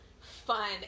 fun